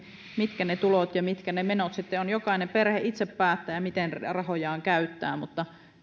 mitkä ne tulot ja mitkä ne menot sitten perhekunnassa ovat jokainen perhe itse päättää miten rahojaan käyttää mutta